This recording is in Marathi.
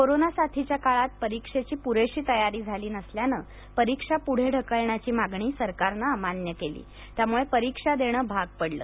कोरोना साथीच्या काळातपरीक्षेची पुरेशी तयारी झाली नसल्यानेपरीक्षा पुढे ढकलण्याची मागणी सरकारने अमान्य केली त्यामुळे परीक्षा देणे भाग पडले